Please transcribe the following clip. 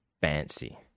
fancy